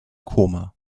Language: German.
koma